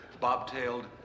bobtailed